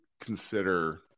consider